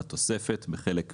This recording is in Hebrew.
בתוספת, בחלק "ב,